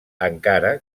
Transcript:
encara